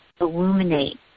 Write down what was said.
illuminate